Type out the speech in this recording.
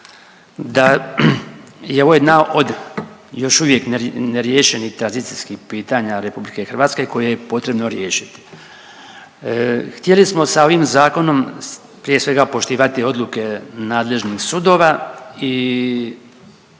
da je ovo jedna od još uvijek neriješenih tradicijskih pitanja Republike Hrvatske koje je potrebno riješiti. Htjeli smo sa ovim zakonom prije svega poštivati odluke nadležnih sudova i